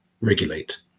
regulate